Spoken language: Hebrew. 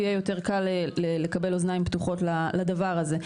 יהיה יותר קל לקבל אוזניים פתוחות לדבר הזה.